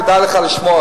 כדאי לך לשמוע,